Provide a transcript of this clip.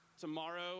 Tomorrow